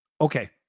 Okay